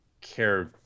care